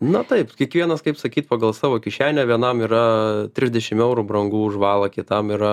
na taip kiekvienas kaip sakyt pagal savo kišenę vienam yra trisdešim eurų brangu už valą kitam yra